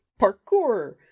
parkour